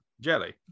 jelly